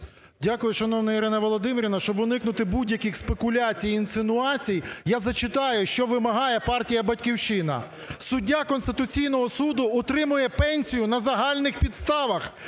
Дякую, шановна Ірина Володимирівна. Щоб уникнути будь-яких спекуляцій і інсинуацій, я зачитаю, що вимагає партія "Батьківщина". Суддя Конституційного Суду отримує пенсію на загальних підставах,